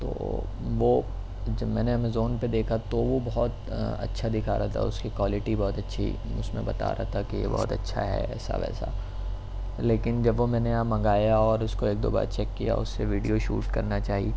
تو وہ جب میں نے ایمیزون پہ دیکھا تو وہ بہت اچھا دکھا رہا تھا اس کی کوائلٹی بہت اچھی اس میں بتا رہا تھا کہ یہ بہت اچھا ہے ایسا ویسا لیکن جب وہ میں نے یہاں منگایا اور اس کو ایک دو بار چیک کیا اس سے ویڈیو شوٹ کرنا چاہی